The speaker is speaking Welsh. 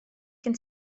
gen